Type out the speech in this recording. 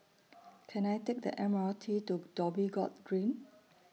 Can I Take The M R T to Dhoby Ghaut Green